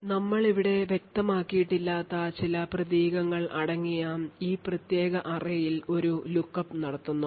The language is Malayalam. ഞങ്ങൾ ഇവിടെ വ്യക്തമാക്കിയിട്ടില്ലാത്ത ചില പ്രതീകങ്ങൾ അടങ്ങിയ ഈ പ്രത്യേക array ൽ ഒരു lookup നടത്തുന്നു